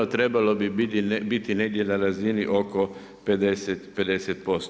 Trebalo bi biti negdje na razini oko 50%